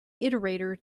iterator